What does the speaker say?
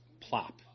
Plop